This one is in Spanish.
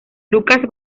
lucas